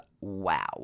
wow